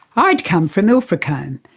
i'd come from ilfracombe,